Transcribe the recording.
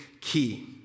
key